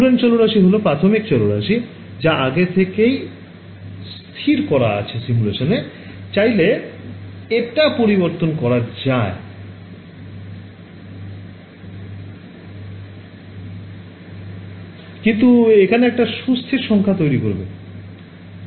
Courant চলরাশি হল প্রাথমিক চলরাশি যা আগে থেকেই স্থির করা আছে সিমুলেশানে চাইলে এটা পরিবর্তন করা যায় কিন্তু এখানে একটা সুস্থির সংখ্যা তৈরি করবে